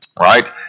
right